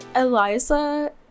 Eliza